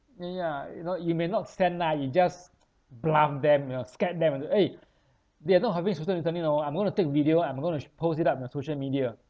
ya ya you know you may not send lah you just bluff them you know scared them you know eh they are not having social distancing you know I'm going to take video I'm going to sh~ post it up on the social media